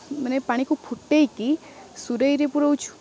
ମାନେ ପାଣିକୁ ଫୁଟାଇକି ସୁରେଇରେ ପୁରାଉଛୁ